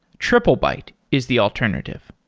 triplebyte is the alternative.